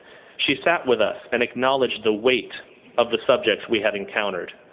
she sat with us and acknowledged the weight of the subjects we had encountered.